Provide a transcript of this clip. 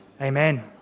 Amen